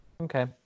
Okay